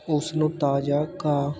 ਉਸਨੂੰ ਤਾਜ਼ਾ ਘਾਹ